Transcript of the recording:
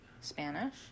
Spanish